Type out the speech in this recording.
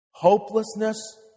Hopelessness